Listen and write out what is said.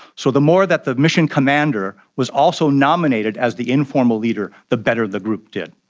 so the more that the mission commander was also nominated as the informal leader, the better the group did.